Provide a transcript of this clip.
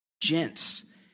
Gents